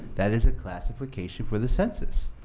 that is a classification for the census.